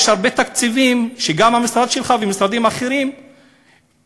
יש הרבה תקציבים שגם המשרד שלך ומשרדים אחרים וגם